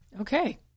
Okay